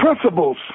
principles